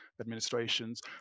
administrations